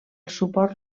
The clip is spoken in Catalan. suport